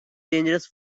dangerous